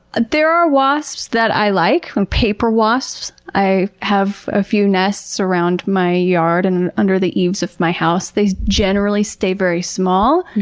there are wasps that i like, like and paper wasps. i have a few nests around my yard and under the eaves of my house. they generally stay very small,